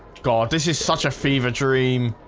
god. this is such a fever dream.